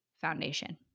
foundation